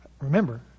Remember